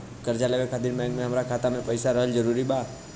कर्जा लेवे खातिर बैंक मे हमरा खाता मे पईसा रहल जरूरी बा?